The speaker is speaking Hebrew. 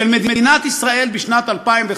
של מדינת ישראל בשנת 2015,